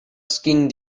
skin